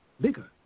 bigger